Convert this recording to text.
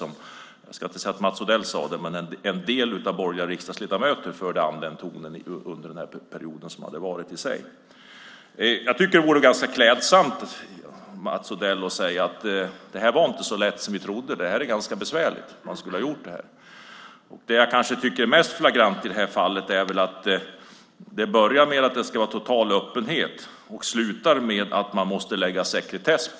Jag ska inte säga att Mats Odell sade det, men en del borgerliga riksdagsledamöter förde an den tonen. Jag tycker att det vore ganska klädsamt om Mats Odell sade: Det här är inte så lätt som vi trodde. Det är ganska besvärligt. Det som jag tycker är mest flagrant i det här fallet är att det började med att det skulle vara total öppenhet och slutar med sekretess.